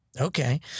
Okay